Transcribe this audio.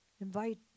Invite